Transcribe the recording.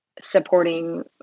supporting